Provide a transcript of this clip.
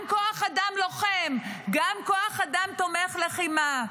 גם כוח אדם לוחם וגם כוח אדם תומך לחימה.